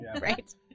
Right